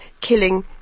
killing